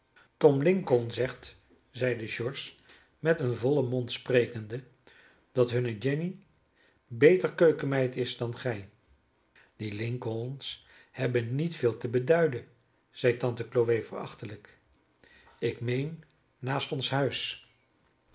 tom lincoln zegt zeide george met een vollen mond sprekende dat hunne jenny beter keukenmeid is dan gij die lincolns hebben niet veel te beduiden zeide tante chloe verachtelijk ik meen naast ons huis